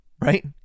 right